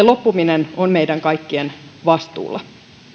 loppuminen on meidän kaikkien vastuulla